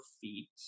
feet